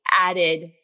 added